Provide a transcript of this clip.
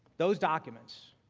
those documents.